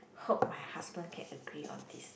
hope my husband can agree on this